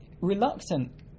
reluctant